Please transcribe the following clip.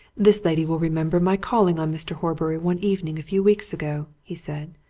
this lady will remember my calling on mr. horbury one evening a few weeks ago, he said.